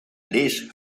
lees